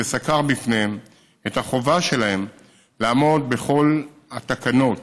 וסקר בפניהם את החובה שלהם לעמוד בכל תקנות